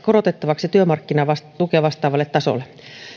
korotettaviksi työmarkkinatukea vastaavalle tasolle